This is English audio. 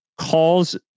calls